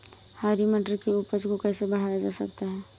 हरी मटर की उपज को कैसे बढ़ाया जा सकता है?